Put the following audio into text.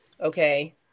Okay